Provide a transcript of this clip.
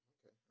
Okay